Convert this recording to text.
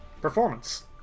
performance